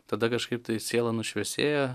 tada kažkaip tai siela nušviesėjo